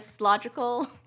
logical